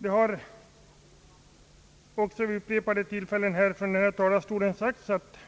Det har vid upprepade tillfällen sagts från denna talarstol att